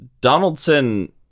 Donaldson